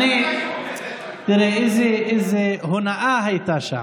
תראה איזו הונאה הייתה שם.